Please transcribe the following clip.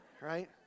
Right